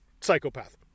psychopath